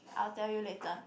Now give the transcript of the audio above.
I'll tell you later